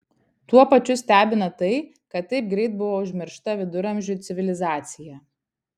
tuo pačiu stebina tai kad taip greit buvo užmiršta viduramžių civilizacija